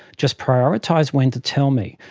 just prioritise when to tell me.